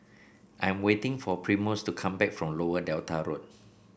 I'm waiting for Primus to come back from Lower Delta Road